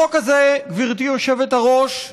החוק הזה, גברתי היושבת-ראש,